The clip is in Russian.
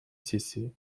сессии